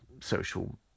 social